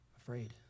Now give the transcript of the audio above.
afraid